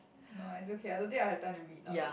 no it's okay I don't think I have time to read all of it